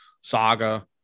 saga